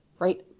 right